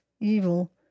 evil